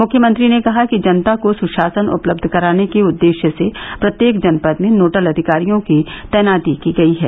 मुख्यमंत्री ने कहा कि जनता को सुशासन उपलब्ध कराने के उद्देश्य से प्रत्येक जनपद में नोडल अधिकारियों की तैनाती की गयी है